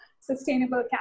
sustainable